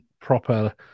proper